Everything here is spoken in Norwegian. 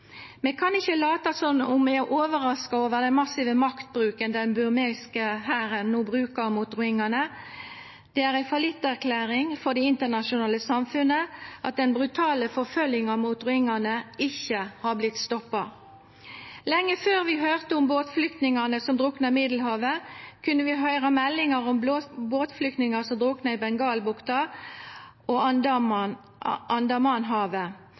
Vi kan ikke late som om vi er overrasket over den massive maktbruken den burmesiske hæren nå bruker mot rohingyaene. Det er en fallitterklæring for det internasjonale samfunnet at den brutale forfølgingen av rohingyaene ikke har blitt stoppet. Lenge før vi hørte om båtflyktningene som druknet i Middelhavet, kunne vi høre meldinger om båtflyktninger som druknet i Bengalbukta og